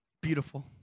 beautiful